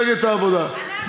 מפלגת העבודה,